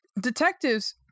detectives